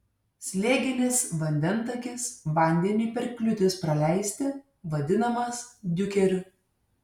slėginis vandentakis vandeniui per kliūtis praleisti vadinamas diukeriu